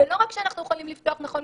לא רק שאנחנו יכולים לפתוח נכון,